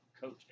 Coach